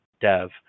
dev